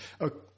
okay